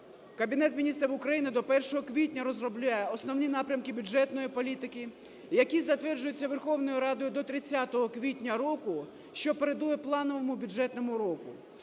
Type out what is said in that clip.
Кабінет Міністрів України до 1 квітня розробляє Основні напрямки бюджетної політики, які затверджуються Верховною Радою до 30 квітня року, що передує плановому бюджетному року.